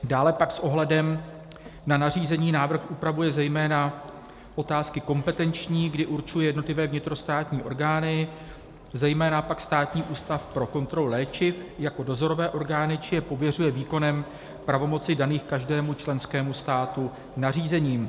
Dále pak s ohledem na nařízení návrh upravuje zejména otázky kompetenční, kdy určuje jednotlivé vnitrostátní orgány, zejména pak Státní ústav pro kontrolu léčiv, jako dozorové orgány či je pověřuje výkonem pravomocí daných každému členskému státu nařízením.